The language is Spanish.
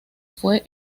fue